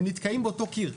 הם נתקעים באותו קיר.